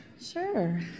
Sure